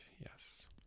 Yes